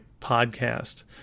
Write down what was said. podcast